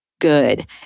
good